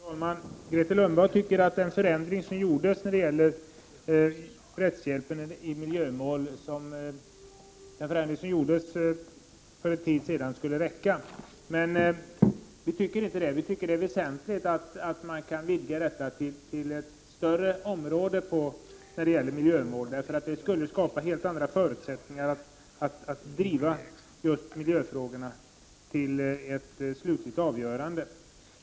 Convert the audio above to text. Fru talman! Grethe Lundblad tycker att den förändring när det gäller rättshjälpen i miljömål som gjordes för en tid sedan skulle räcka. Vi tycker inte det, utan vi tycker att det är väsentligt att rättshjälpen vidgas till ett större område i fråga om miljömål. Det skulle skapa helt andra förutsättningar att driva just miljöfrågorna till ett slutligt avgörande.